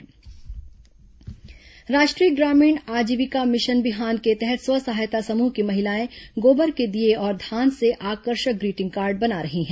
बिहान गोबर दीये राष्ट्रीय ग्रामीण आजीविका मिशन बिहान के तहत स्व सहायता समूह की महिलाएं गोबर के दीये और धान से आकर्षक ग्रीटिंग कार्ड बना रही हैं